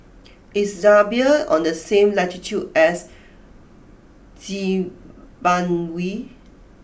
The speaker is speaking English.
is Zambia on the same latitude as Zimbabwe